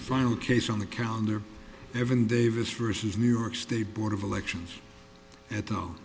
final case on the calendar evan davis versus new york state board of elections at th